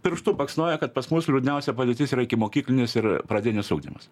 pirštu baksnoja kad pas mus liūdniausia padėtis yra ikimokyklinis ir pradinis ugdymas